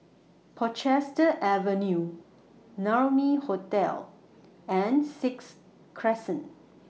Portchester Avenue Naumi Hotel and Sixth Crescent